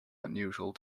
unusual